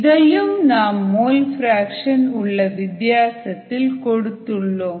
இதையும் நாம் mole fraction உள்ள வித்தியாசத்தில் கொடுத்துள்ளோம்